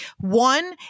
One